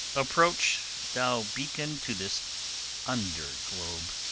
approach, thou beacon to this under globe,